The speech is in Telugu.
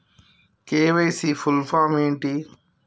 కే.వై.సీ ఫుల్ ఫామ్ ఏంటి?